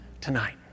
tonight